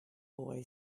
boy